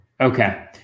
Okay